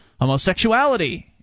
homosexuality